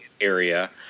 area